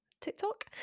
TikTok